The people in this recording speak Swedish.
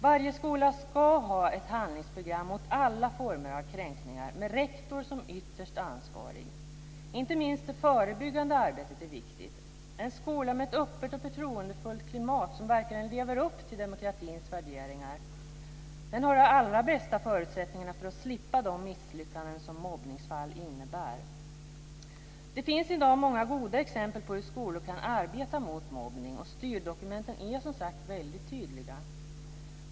Varje skola ska ha ett handlingsprogram mot alla former av kränkningar, med rektor som ytterst ansvarig. Inte minst det förebyggande arbetet är viktigt. En skola med ett öppet och förtroendefullt klimat som verkligen lever upp till demokratins värderingar har de allra bästa förutsättningarna att slippa de misslyckanden som mobbningsfall innebär. Det finns i dag många goda exempel på hur skolor kan arbeta mot mobbning, och styrdokumenten är som sagt väldigt tydliga.